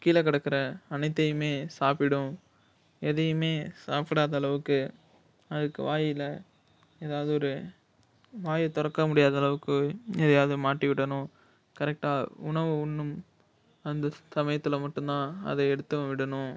கீழே கிடக்குற அனைத்தையுமே சாப்பிடும் எதையுமே சாப்பிடாத அளவுக்கு அதுக்கு வாயில் ஏதாவது ஒரு வாயை திறக்க முடியாத அளவுக்கு எதையாவது மாட்டி விடணும் கரெக்ட்டாக உணவு உண்ணும் அந்தச் சமயத்தில் மட்டுந்தான் அதை எடுத்து விடணும்